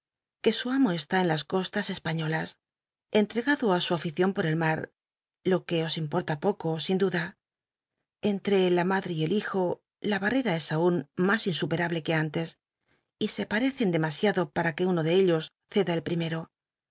que su amo está en las costas cspaiiolas en tregado i su alicion por el mar lo que os importa poco sin duda entre la mad e y el hijo la barrera es aun mas i tlsupetablc que antes y se pa recen demasiado ptua que uno de ellos ceda el pl'imero